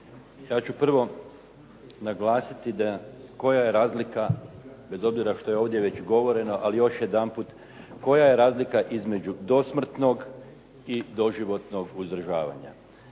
Ja ću prvo naglasiti da koja je razlika, bez obzira što je ovdje već govoreno, ali još jedanput, koja je razlika između dosmrtnog i doživotnog uzdržavanja?